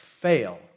fail